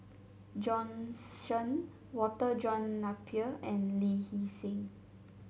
Bjorn Shen Walter John Napier and Lee Hee Seng